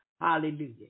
Hallelujah